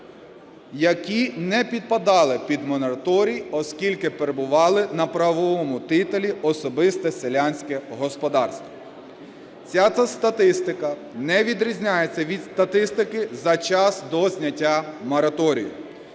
які не підпадали під мораторій, оскільки перебували на правовому титулі "особисте селянське господарство". Ця статистика не відрізняється від статистики за час до зняття мораторію.